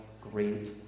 great